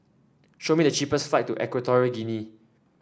show me the cheapest flight to Equatorial Guinea